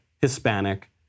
Hispanic